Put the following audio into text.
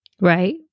right